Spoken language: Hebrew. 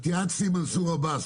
התייעצתי עם מנסור עבאס.